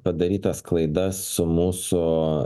padarytas klaidas mūsų